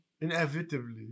Inevitably